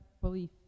belief